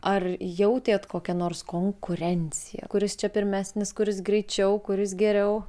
ar jautėt kokią nors konkurenciją kuris čia pirmesnis kuris greičiau kuris geriau